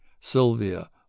Sylvia